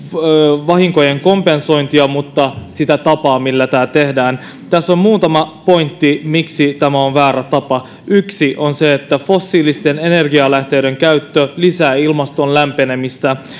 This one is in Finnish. satovahinkojen kompensointia vaan sitä tapaa millä tämä tehdään tässä on muutama pointti miksi tämä on väärä tapa yksi on se että fossiilisten energialähteiden käyttö lisää ilmaston lämpenemistä